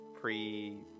pre